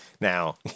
Now